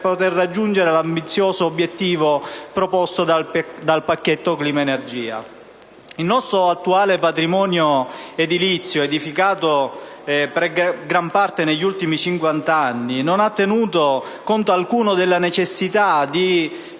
per poter raggiungere l'ambizioso obiettivo proposto dal Pacchetto clima-energia. Il nostro attuale patrimonio edilizio, edificato in gran parte negli ultimi cinquant'anni, non ha tenuto conto alcuno della necessità di